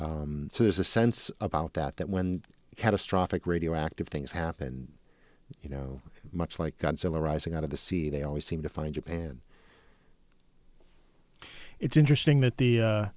so there's a sense about that that when catastrophic radioactive things happened you know much like godzilla rising out of the sea they always seem to find japan it's interesting that the